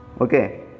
Okay